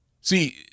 See